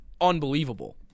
unbelievable